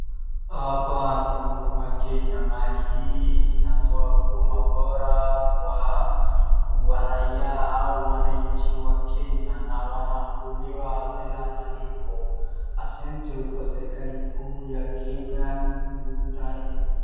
Hapa ni Huduma Kenya. Mahali hii inatoa huduma bora kwa waraia au wananchi wa Kenya na wanahudumiwa bila malipo. Asanti kwa serikali kuu ya Kenya ili kuleta.